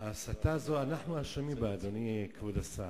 ההסתה הזאת, אנחנו אשמים בה, אדוני כבוד השר.